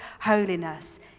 holiness